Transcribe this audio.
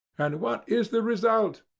and what is the result?